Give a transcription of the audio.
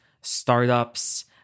startups